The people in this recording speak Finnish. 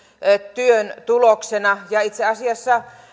työn tuloksena ja itse asiassa